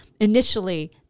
initially